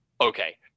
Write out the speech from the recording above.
okay